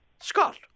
Scott